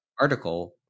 article